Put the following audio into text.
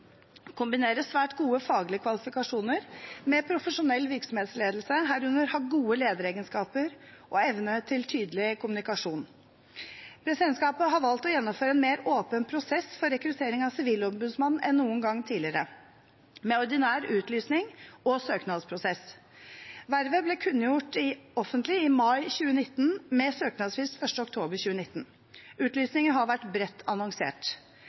kombinere svært gode faglige kvalifikasjoner med profesjonell virksomhetsledelse, herunder ha gode lederegenskaper og evne til tydelig kommunikasjon. Presidentskapet har valgt å gjennomføre en mer åpen prosess for rekruttering av sivilombudsmann enn noen gang tidligere, med ordinær utlysning og søknadsprosess. Vervet ble kunngjort offentlig i mai 2019, med søknadsfrist 1. oktober 2019. Utlysningen har vært bredt annonsert.